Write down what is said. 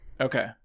Okay